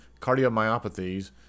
cardiomyopathies